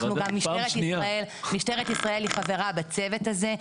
משטרת ישראל היא חברה בצוות הזה,